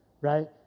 right